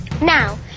Now